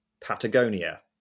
Patagonia